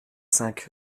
cinq